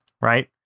Right